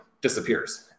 disappears